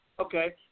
Okay